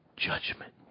Judgment